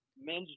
men's